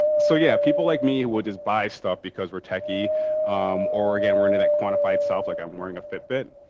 so, yeah, people like me who will just buy stuff because we're techy or again we're into that quantified self like i'm wearing a fitbit.